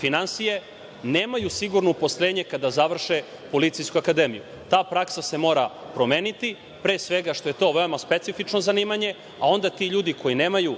finansije, nemaju sigurno uposlenje kada završe Policijsku akademiju. Ta praksa se mora promeniti, pre svega što je to veoma specifično zanimanje, a onda ti ljudi koji nemaju